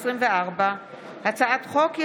פ/2187/24 וכלה בהצעת חוק פ/2252/24: הצעת